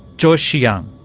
joyce hsiang.